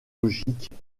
logiques